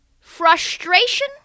frustration